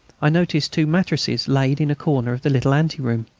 i noticed two mattresses, laid in a corner of the little anteroom.